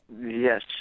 Yes